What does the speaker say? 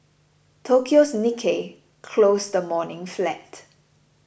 Tokyo's Nikkei closed the morning flat